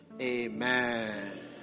Amen